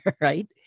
Right